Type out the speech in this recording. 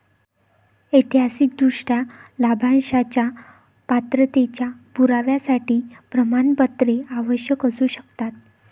ऐतिहासिकदृष्ट्या, लाभांशाच्या पात्रतेच्या पुराव्यासाठी प्रमाणपत्रे आवश्यक असू शकतात